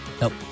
Nope